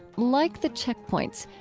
like the checkpoints,